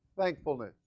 thankfulness